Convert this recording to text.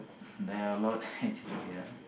there are a lot actually wait ah